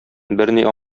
берни